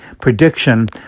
prediction